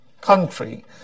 country